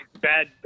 bad